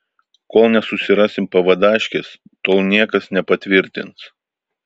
kol nesusirasim pavadaškės tol niekas nepatvirtins